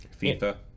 FIFA